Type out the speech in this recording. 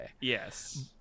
Yes